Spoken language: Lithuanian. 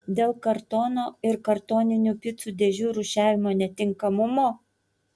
dėl kartono ir kartoninių picų dėžių rūšiavimo netinkamumo